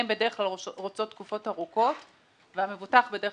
הן בדרך כלל רוצות תקופות ארוכות והמבוטח בדרך